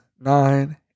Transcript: nine